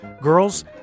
Girls